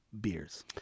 beers